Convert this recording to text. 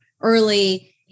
early